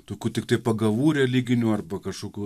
tokų tiktai pagavų religinių arba kažkokių